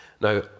Now